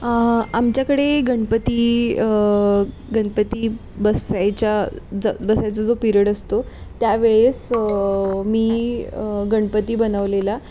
आमच्याकडे गणपती गणपती बसायच्या ज बसायचा जो पिरेड असतो त्यावेळेस मी गणपती बनवलेला